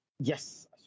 yes